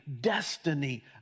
destiny